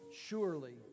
Surely